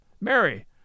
Mary